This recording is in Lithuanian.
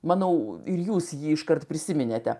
manau ir jūs jį iškart prisiminėte